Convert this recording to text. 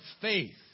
faith